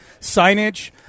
signage